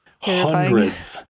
hundreds